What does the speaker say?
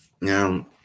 Now